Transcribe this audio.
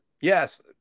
Yes